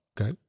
okay